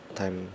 time